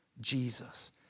Jesus